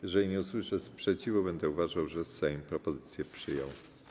Jeżeli nie usłyszę sprzeciwu, będę uważał, że Sejm propozycje przyjął.